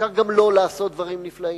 אפשר גם לא לעשות דברים נפלאים.